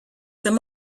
them